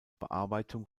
bearbeitung